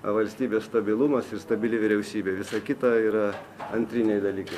valstybės stabilumas ir stabili vyriausybė visa kita yra antriniai dalykai